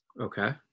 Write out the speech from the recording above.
Okay